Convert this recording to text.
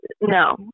no